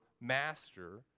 master